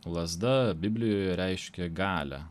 lazda biblijoje reiškia galią